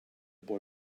boy